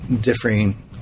differing